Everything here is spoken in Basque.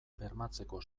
bermatzeko